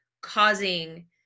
causing